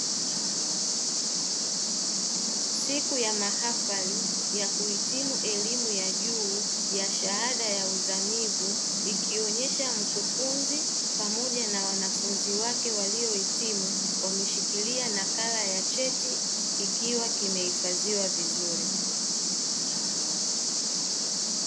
Siku ya mahafali ya kuhitimu elimu ya juu ya Shahada ya uzamivu ikionesha mkufunzi pamoja na wanafunzi wake waliohitimu wameshikilia nakala ya cheti kikiwa kumehifadhiwa vizuri.